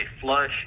flush